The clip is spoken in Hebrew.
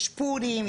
יש פורים,